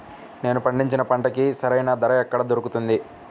నేను పండించిన పంటకి సరైన ధర ఎక్కడ దొరుకుతుంది?